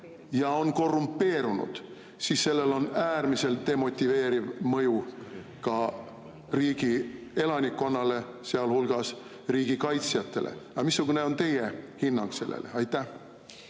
ja on korrumpeerunud, on sellel äärmiselt demotiveeriv mõju riigi elanikkonnale, sealhulgas riigi kaitsjatele. Aga missugune on teie hinnang sellele? Aitäh!